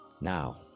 Now